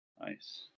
Nice